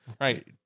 Right